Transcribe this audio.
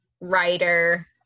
writer